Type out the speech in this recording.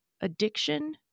addiction